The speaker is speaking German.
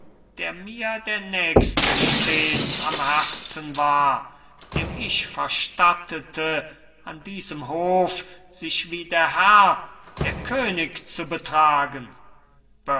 der mir der nächste stets am herzen war dem ich verstattete an diesem hof sich wie der herr der könig zu betragen